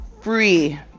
free